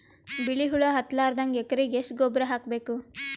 ಬಿಳಿ ಹುಳ ಹತ್ತಲಾರದಂಗ ಎಕರೆಗೆ ಎಷ್ಟು ಗೊಬ್ಬರ ಹಾಕ್ ಬೇಕು?